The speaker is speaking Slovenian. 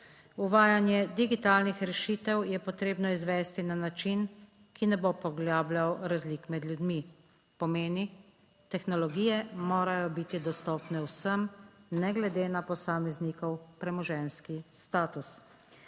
Uvajanje digitalnih rešitev je potrebno izvesti na način, ki ne bo poglabljal razlik med ljudmi, pomeni, tehnologije morajo biti dostopne vsem, ne glede na posameznikov premoženjski status.